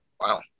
Wow